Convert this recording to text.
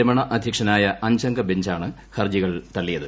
രമണ് അധ്യക്ഷനായ അഞ്ചംഗ ബെഞ്ചാണ് ഹർജികൾ തള്ളിയത്